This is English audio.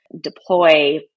deploy